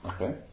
Okay